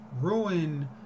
ruin